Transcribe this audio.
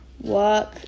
Work